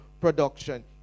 production